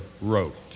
wrote